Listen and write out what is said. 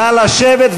נא לשבת,